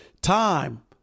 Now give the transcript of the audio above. time